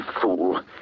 Fool